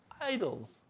idols